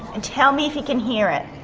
and tell me if you can hear it.